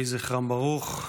יהי זכרם ברוך.